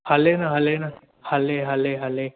हले न हले न हले हले हले